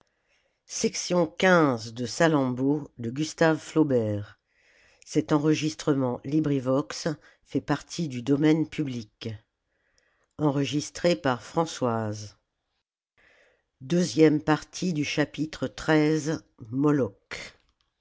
de m de